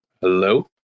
Hello